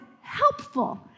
helpful